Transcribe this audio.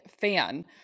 fan